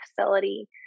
facility